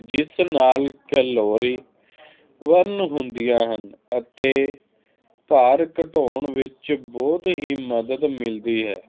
ਜਿਸ ਨਾਲ calorie burn ਹੁੰਦੀਆਂ ਹਨ ਅਤੇ ਭਾਰ ਘਟਾਉਣ ਵਿੱਚ ਬਹੁਤ ਹੀ ਮਦਦ ਮਿਲਦੀ ਹੈ